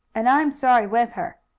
and i'm sorry with her,